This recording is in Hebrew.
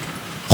כבישים,